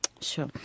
Sure